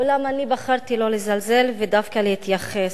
אולם אני בחרתי לא לזלזל ודווקא להתייחס.